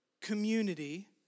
community